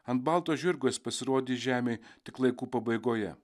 ant balto žirgo jis pasirodys žemėj tik laikų pabaigoje